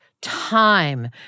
time